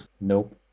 Nope